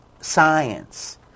science